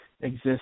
exist